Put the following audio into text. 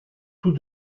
tout